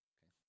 Okay